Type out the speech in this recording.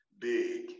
Big